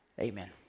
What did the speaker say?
Amen